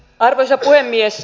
arvoisa puhemies